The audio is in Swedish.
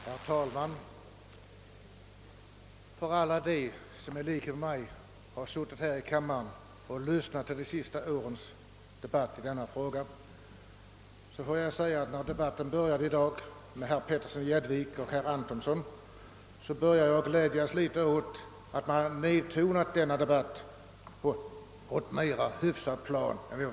Herr talman! Alla som i likhet med mig har lyssnat till de senaste årens debatter i denna fråga här i kammaren gladde sig säkerligen, när debatten började i dag med anförandena av herr Petersson i Gäddvik och herr Antonsson, åt att den hade tonats ned till ett mer hyfsat plan.